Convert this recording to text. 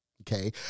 Okay